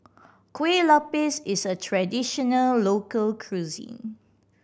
Kueh Lapis is a traditional local cuisine